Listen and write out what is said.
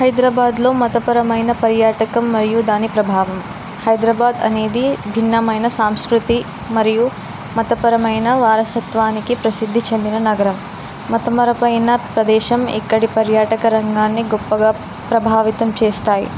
హైదరాబాదులో మతపరమైన పర్యాటకం మరియు దాని ప్రభావం హైదరాబాదు అనేది భిన్నమైన సాంస్కృతికి మరియు మతపరమైన వారసత్వానికి ప్రసిద్ధి చెందిన నగరం మతపరమైన ప్రదేశం ఇక్కడి పర్యాటక రంగాన్ని గొప్పగా ప్రభావితం చేస్తాయి